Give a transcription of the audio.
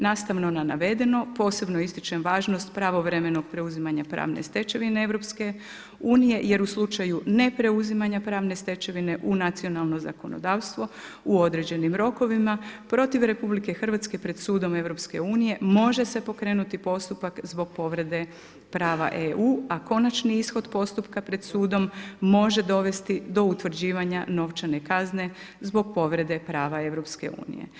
Nastavno na navedeno, posebno ističem važnost pravovremeno preuzimanje pravne stečevine EU, jer u slučaju ne preuzimanju pravne stečevine u nacionalno zakonodavstvo u određenim rokovima, protiv RH pred sudom EU, može se pokretni postupak zbog povrede prava EU, a konačni ishod postupka pred sudom, može dovesti do utvrđivanja novčane kazne zbog povrede prava EU.